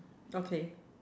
okay